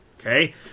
Okay